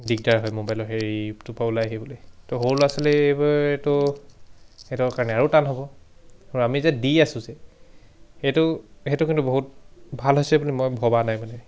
দিগদাৰ হয় মোবাইলৰ হেৰিটো পা ওলাই আহিবলৈ তো সৰু ল'ৰা ছোৱালী এইবোৰতো সিহঁতৰ কাৰণে আৰু টান হ'ব আৰু আমি যে দি আছোঁ যে সেইটো সেইটো কিন্তু বহুত ভাল হৈছে বুলি মই ভবা নাই মানে